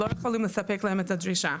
לא יכולים לספק להם את הדרישה.